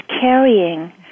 carrying